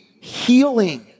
healing